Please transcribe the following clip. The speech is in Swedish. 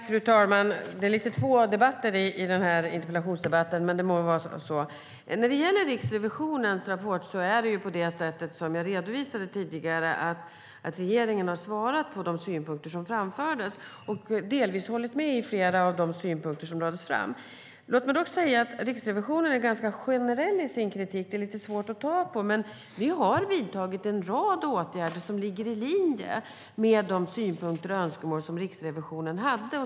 Fru talman! Det är lite grann två debatter när det gäller den här interpellationen, men det må väl vara så. När det gäller Riksrevisionens rapport är det som jag redovisade tidigare så att regeringen har svarat på de synpunkter som framfördes och delvis hållit med i flera av de synpunkter som lades fram. Låt mig dock säga att Riksrevisionen är ganska generell i sin kritik - det är lite svårt att ta på - men att vi har vidtagit en rad åtgärder som ligger i linje med de synpunkter och önskemål Riksrevisionen hade.